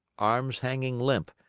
arms hanging limp,